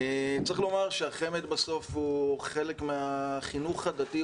צריך לומר שהחמ"ד בסוף הוא חלק מהחינוך הדתי,